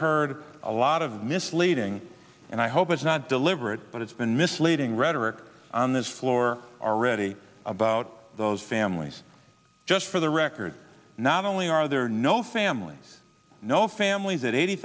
heard a lot of misleading and i hope it's not deliberate but it's been misleading rhetoric on this floor already about those families just for the record not only are there no family no families eighty